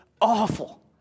awful